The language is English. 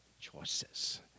choices